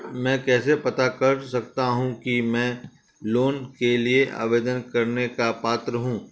मैं कैसे पता कर सकता हूँ कि मैं लोन के लिए आवेदन करने का पात्र हूँ?